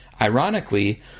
Ironically